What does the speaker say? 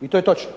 i to je točno.